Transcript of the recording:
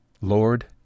Lord